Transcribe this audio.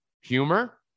humor